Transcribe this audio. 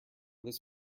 this